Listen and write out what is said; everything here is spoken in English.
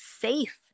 safe